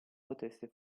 potesse